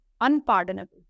unpardonable